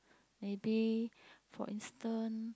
maybe for instant